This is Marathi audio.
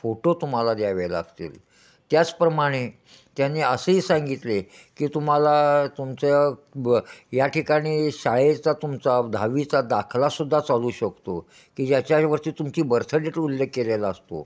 फोटो तुम्हाला द्यावे लागतील त्याचप्रमाणे त्याने असंही सांगितले की तुम्हाला तुमच्या ब या ठिकाणी शाळेचा तुमचा दहावीचा दाखला सुद्धा चालू शकतो की ज्याच्यावरती तुमची बर्थ डेट उल्लेख केलेला असतो